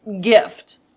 gift